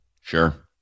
Sure